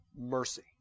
mercy